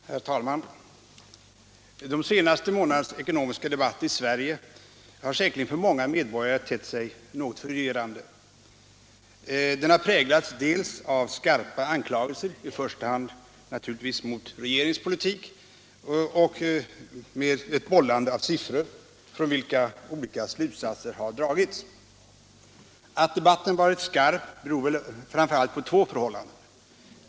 Herr talman! De senaste månadernas ekonomiska debatt i Sverige har säkerligen för många medborgare tett sig något förvirrande. Den har präglats dels av skarpa anklagelser, i första hand naturligtvis mot regeringens politik, dels av ett bollande med siffror, från vilka olika slutsatser dragits. Att debatten varit skarp beror väl framför allt på två förhållanden.